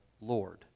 Lord